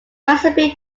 recipe